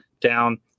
down